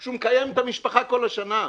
שהוא מקיים את המשפחה כל השנה.